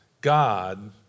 God